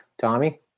Tommy